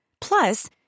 Plus